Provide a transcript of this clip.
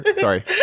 Sorry